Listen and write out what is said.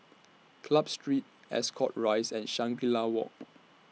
Club Street Ascot Rise and Shangri La Walk